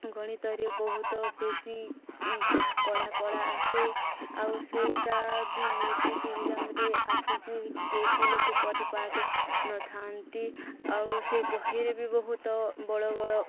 ଗଣିତରେ ବହୁତ ବେଶୀ କଡ଼ା କଡ଼ା ଆସେ ଆଉ ସେଇଟା ବି ମେଟ୍ରିକ ଏକ୍ଜାମରେ ଆସିଛି କେହିବି ଲୋକ କରିପାରିନଥାନ୍ତି ଆଉ ସେ ବହିରେ ବି ବହୁତ ବଡ଼ ବଡ଼